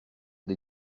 des